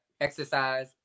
exercise